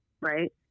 right